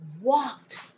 walked